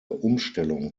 umstellung